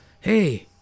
Hey